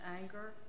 anger